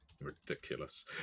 Ridiculous